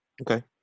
Okay